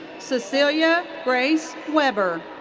cecilia grace weber.